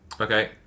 Okay